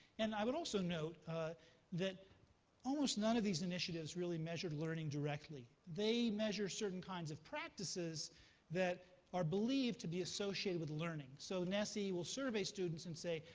and i would also note that almost none of these initiatives really measured learning directly. they measure certain kinds of practices that are believed to be associated with learning. so nsse will survey students and say,